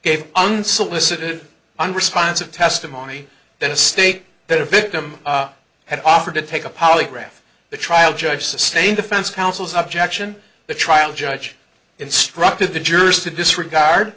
gave unsolicited unresponsive testimony that a state that a victim had offered to take a polygraph the trial judge sustained defense counsel's objection the trial judge instructed the jurors to disregard